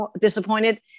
disappointed